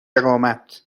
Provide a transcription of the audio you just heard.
اقامت